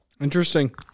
Interesting